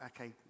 okay